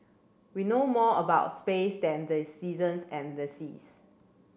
we know more about space than the seasons and the seas